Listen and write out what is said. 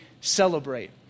celebrate